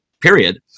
period